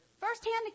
Firsthand